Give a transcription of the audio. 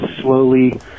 slowly